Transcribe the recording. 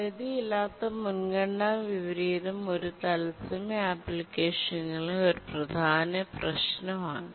പരിധിയില്ലാത്ത മുൻഗണന വിപരീതം ഒരു തത്സമയ അപ്ലിക്കേഷനുകളിലെ ഒരു പ്രധാന പ്രശ്നമാണ്